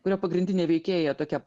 kurio pagrindinė veikėja tokia